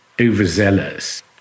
overzealous